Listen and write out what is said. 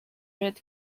red